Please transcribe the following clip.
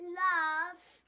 love